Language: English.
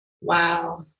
Wow